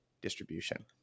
distribution